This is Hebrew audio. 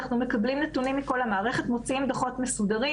אנחנו מקבלים נתונים מכל המערכת ומוציאים דוחות מסודרים.